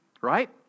Right